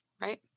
right